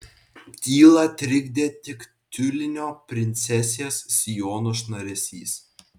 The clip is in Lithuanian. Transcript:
tylą trikdė tik tiulinio princesės sijono šnaresys